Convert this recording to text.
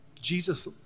Jesus